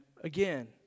again